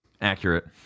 Accurate